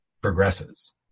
progresses